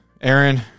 Aaron